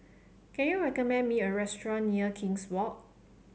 can you recommend me a restaurant near King's Walk